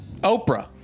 Oprah